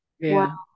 Wow